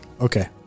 Okay